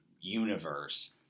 universe